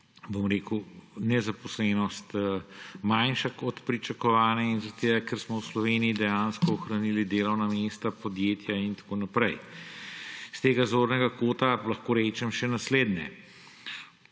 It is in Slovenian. ker je nezaposlenost manjša od pričakovane, in zaradi tega, ker smo v Sloveniji dejansko hranili delovna mesta, podjetja in tako naprej. S tega zornega kota lahko rečem še naslednje,